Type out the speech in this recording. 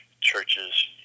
churches